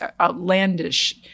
outlandish